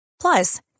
Plus